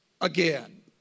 again